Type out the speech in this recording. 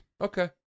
Okay